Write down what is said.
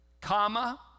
comma